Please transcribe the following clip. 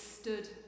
stood